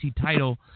title